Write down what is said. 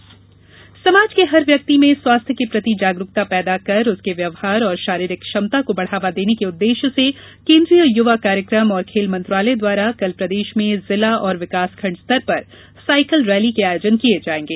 fit India समाज के हर व्यक्ति में स्वास्थ्य के प्रति जागरूकता पैदा कर उसके व्यवहार और शारीरिक क्षमता को बढ़ावा देने के उद्देश्य से केन्द्रीय युवा कार्यक्रम और खेल मंत्रालय द्वारा कल प्रदेश में जिला और विकासखंड स्तर पर सायकिल रैली के आयोजन किये जायेंगे